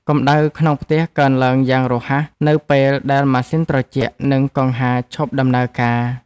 កម្ដៅក្នុងផ្ទះកើនឡើងយ៉ាងរហ័ស នៅពេលដែលម៉ាស៊ីនត្រជាក់ និងកង្ហារឈប់ដំណើរការ។